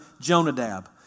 Jonadab